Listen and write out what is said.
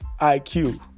IQ